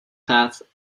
path